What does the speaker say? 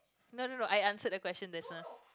no no no I answered the question just now